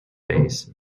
base